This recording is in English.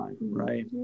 right